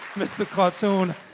mr. cartoon,